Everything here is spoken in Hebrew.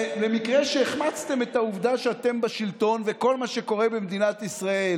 במקרה שהחמצתם את העובדה שאתם בשלטון וכל מה שקורה במדינת ישראל